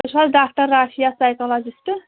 تُہۍ چھُو حَظ ڈاکٹَر رافیا سایکالجِسٹ